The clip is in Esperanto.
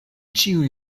ĉiuj